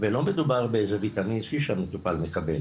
ולא מדובר באיזה ויטמין C שהמטופל מקבל